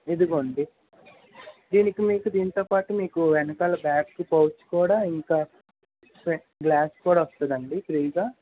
ఇదిగోండి దీనికి మీకు దీనితో పాటు మీకు వెనకాల బ్యాక్ పౌచ్ కూడా ఇంకా స్వే బ్లాక్ కూడా వస్తుంది అండి ఫ్రీగా